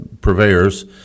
purveyors